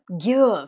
Give